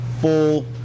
full